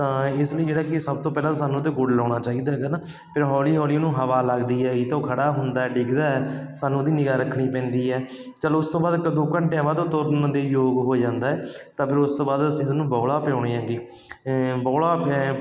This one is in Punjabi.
ਤਾਂ ਇਸ ਨੇ ਜਿਹੜਾ ਕਿ ਸਭ ਤੋਂ ਪਹਿਲਾਂ ਸਾਨੂੰ ਤਾਂ ਗੁੜ ਲਾਉਣਾ ਚਾਹੀਦਾ ਹੈਗਾ ਨਾ ਫਿਰ ਹੌਲੀ ਹੌਲੀ ਉਹਨੂੰ ਹਵਾ ਲੱਗਦੀ ਤਾਂ ਉਹ ਖੜ੍ਹਾ ਹੁੰਦਾ ਡਿੱਗਦਾ ਸਾਨੂੰ ਉਹਦੀ ਨਿਗ੍ਹਾ ਰੱਖਣੀ ਪੈਂਦੀ ਹੈ ਚਲ ਉਸ ਤੋਂ ਬਾਅਦ ਦੋ ਘੰਟਿਆਂ ਬਾਅਦ ਤੁਰਨ ਦੇ ਯੋਗ ਹੋ ਜਾਂਦਾ ਤਾਂ ਫਿਰ ਉਸ ਤੋਂ ਬਾਅਦ ਅਸੀਂ ਉਹਨੂੰ ਬੋਹਲਾ ਪਿਆਉਂਦੇ ਹੈਗੇ ਬੋਹਲਾ